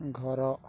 ଘର